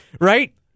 Right